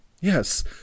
Yes